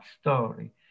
story